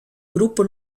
gruppo